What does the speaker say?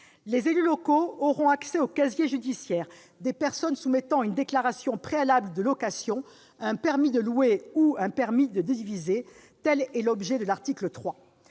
Les élus locaux auront accès au casier judiciaire des personnes soumettant une déclaration préalable de location, un permis de louer ou un permis de diviser. Tel est l'objet de l'article 3.